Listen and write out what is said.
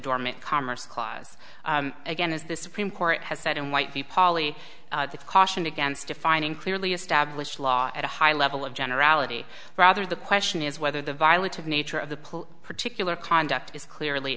dormant commerce clause again as the supreme court has said and white the pauli cautioned against defining clearly established law at a high level of generality rather the question is whether the violence of nature of the pool particular conduct is clearly